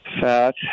fat